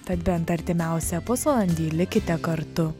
tad bent artimiausią pusvalandį likite kartu